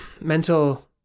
mental